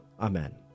Amen